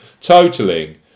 totaling